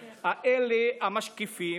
המשקיפים,